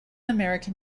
american